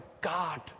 God